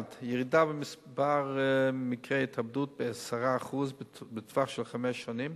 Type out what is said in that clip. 1. ירידה במספר מקרי ההתאבדות ב-10% בטווח של חמש שנים,